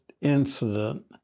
incident